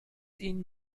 ihnen